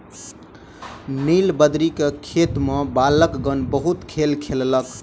नीलबदरी के खेत में बालकगण बहुत खेल केलक